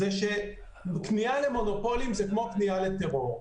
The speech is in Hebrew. כניעה למונופולים היא כמו כניעה לטרור.